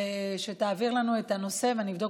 מה שאני מציעה הוא שתעביר לנו את הנושא ואני אבדוק